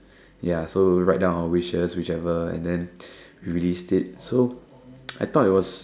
ya so we write down our wishes whichever and then we released it so I thought it was